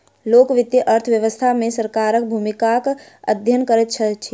लोक वित्त अर्थ व्यवस्था मे सरकारक भूमिकाक अध्ययन करैत अछि